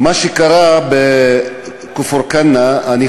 אני אקרא בפעם הבאה לחבר כנסת "מחבל" בבקשה.